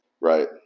Right